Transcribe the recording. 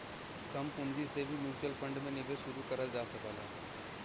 कम पूंजी से भी म्यूच्यूअल फण्ड में निवेश शुरू करल जा सकला